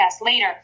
later